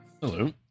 Hello